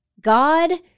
God